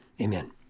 Amen